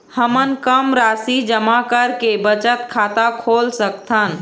हमन कम राशि जमा करके बचत खाता खोल सकथन?